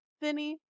Vinny